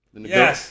Yes